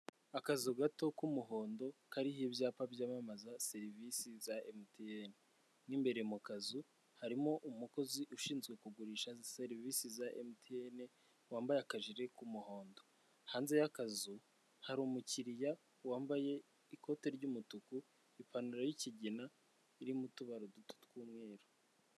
Akazu gato k'umuhondo kariho ibyapa byamamaza serivisi za emutiyene mo imbere mu kazu harimo umukozi ushinzwe kugurisha izi serivisi za emutiyene wambaye akajiri k'umuhondo hanze y'akazu hari umukiriya wambaye ikote ry'umutuku, ipantaro y'kigina iri mu tubaro duto tw'umweru.